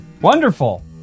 Wonderful